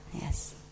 Yes